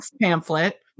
pamphlet